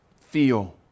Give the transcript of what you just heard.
feel